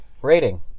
rating